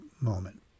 moment